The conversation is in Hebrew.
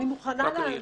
אני מוכנה לענות.